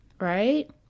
right